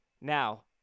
Now